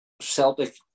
Celtic